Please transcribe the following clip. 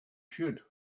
should